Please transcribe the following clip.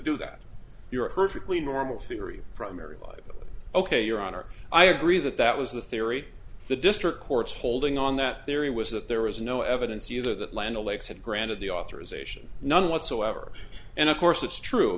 do that you're a perfectly normal theory of primary life ok your honor i agree that that was the theory the district court's holding on that theory was that there was no evidence either that land o'lakes had granted the authorisation none whatsoever and of course it's true